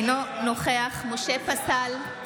אינו נוכח משה פסל,